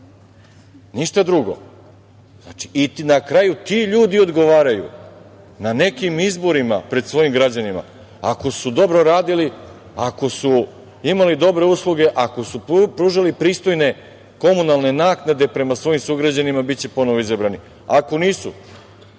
ništa drugo. Na kraju, ti ljudi odgovaraju, na nekim izborima pred svojim građanima. Ako su dobro radili, ako su imali dobre usluge, ako su pružali pristojne komunalne naknade prema svojim sugrađanima, biće ponovo izbrani, ako nisu